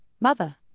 mother